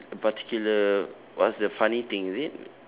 particular what's the funny thing is it